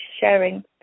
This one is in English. sharing